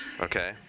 Okay